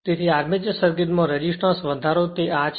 તેથી armature circuit માં resistor વધારો કે તે આ તે છે